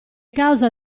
causa